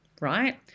right